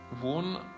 One